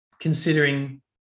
considering